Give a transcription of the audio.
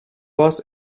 was